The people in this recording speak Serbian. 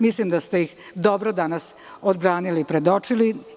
Mislim da ste ih dobro danas odbranili i predočili.